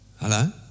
hello